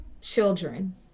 children